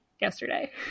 yesterday